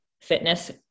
fitness